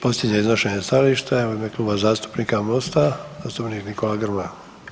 Posljednje iznošenje stajališta u ime Kluba zastupnika Mosta zastupnik Nikola Grmoja.